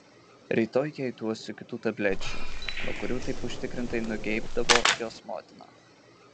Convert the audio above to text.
rytoj jai duosiu kitų tablečių nuo kurių taip užtikrintai nugeibdavo jos motina